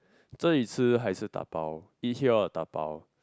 这里吃还是 dabao eat here or dabao